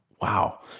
Wow